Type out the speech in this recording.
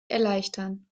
erleichtern